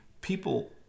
people